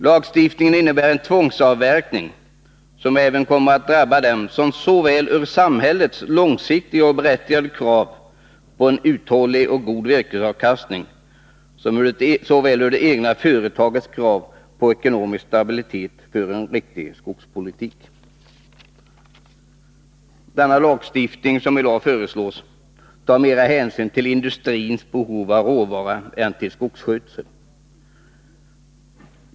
Lagstiftningen innebär en tvångsavverkning, som även kommer att drabba dem som med hänsyn till såväl samhällets långsiktiga och berättigade krav på en uthållig och god virkesavkastning som det egna företagets krav på ekonomisk stabilitet för en riktig skogspolitik. Den lagstiftning som i dag föreslås tar mera hänsyn till industrins behov av råvara än till skogsskötseln.